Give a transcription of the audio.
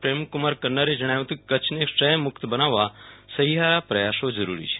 પ્રેમકુમાર કન્નરે જણાવ્યું હતું કે કચ્છને ક્ષય મુક્ત બનાવવા સહિયારા પ્રયાસો જરૂરી છે